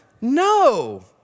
No